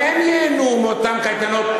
גם הם ייהנו מאותן קייטנות,